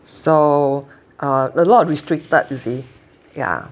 so err a lot of restricted you see yeah